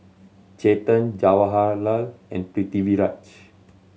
Chetan Jawaharlal and Pritiviraj